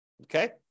Okay